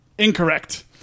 Incorrect